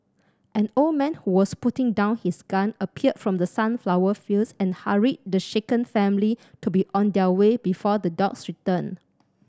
an old man who was putting down his gun appeared from the sunflower fields and hurried the shaken family to be on their way before the dogs return